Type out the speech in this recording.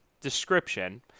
description